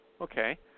Okay